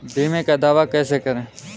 बीमे का दावा कैसे करें?